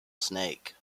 snake